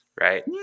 Right